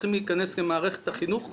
שצריכים להיכנס למערכת החינוך,